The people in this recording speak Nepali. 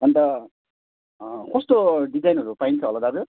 अनि त कस्तो डिजाइनहरू पाइन्छ होला दाजु